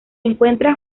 encuentra